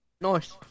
Nice